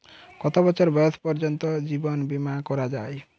কত বছর বয়স পর্জন্ত জীবন বিমা করা য়ায়?